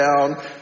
down